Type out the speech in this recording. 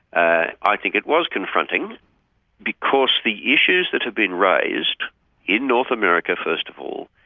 ah i think it was confronting because the issues that had been raised in north america first of all,